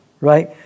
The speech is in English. right